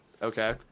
Okay